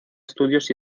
estudios